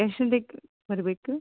ಎಷ್ಟ್ ಗಂಟೆಗೆ ಬರ್ಬೆಕು